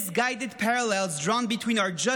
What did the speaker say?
misguided parallels drawn between our just